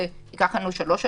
וייקח לנו שלוש,